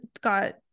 got